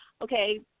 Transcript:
okay